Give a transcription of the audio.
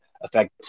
affect